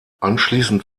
anschließend